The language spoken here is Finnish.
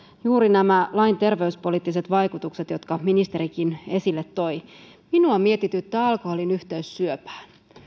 juuri nämä lain terveyspoliittiset vaikutukset jotka ministerikin esille toi minua mietityttää alkoholin yhteys syöpään